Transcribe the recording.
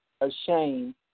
ashamed